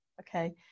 okay